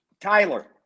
Tyler